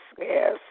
Yes